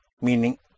meaning